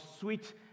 sweet